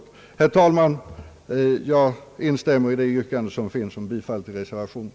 Herr talman! Jag instämmer i det redan gjorde yrkandet om bifall till reservationen.